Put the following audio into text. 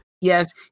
yes